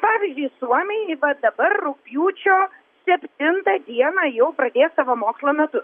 pavyzdžiui suomiai va dabar rugpjūčio septintą dieną jau pradės savo mokslo metus